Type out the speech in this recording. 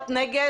נגד.